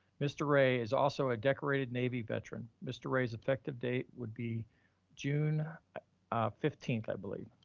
mr. ray is also a decorated navy veteran. mr. ray's effective date would be june fifteenth, i believe.